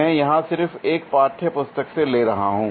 मैं यहाँ सिर्फ एक पाठ्य पुस्तक से ले रहा हूँ